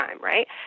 right